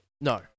No